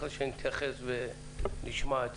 רק אחרי שנתייחס ונשמע.